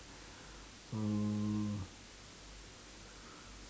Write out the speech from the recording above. um